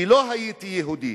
כי לא הייתי יהודי.